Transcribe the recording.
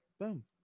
boom